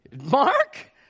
Mark